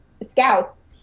scouts